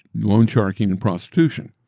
loan-sharking, and prostitution.